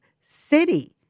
city